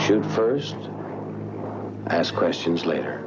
shoot first ask questions later